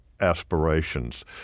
aspirations